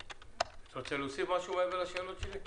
אתה רוצה להוסיף משהו מעבר לשאלות שלי?